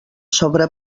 sobre